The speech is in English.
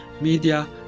media